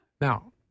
Now